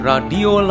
Radio